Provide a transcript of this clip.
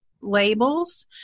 labels